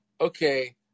okay